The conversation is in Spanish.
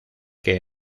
que